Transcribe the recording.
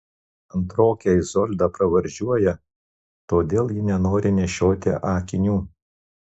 antrokę izoldą pravardžiuoja todėl ji nenori nešioti akinių